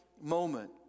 moment